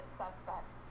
suspects